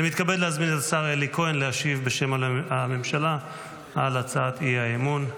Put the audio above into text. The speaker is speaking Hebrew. אני מתכבד להזמין את השר אלי כהן להשיב בשם הממשלה על הצעת האי-אמון,